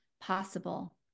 possible